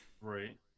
Right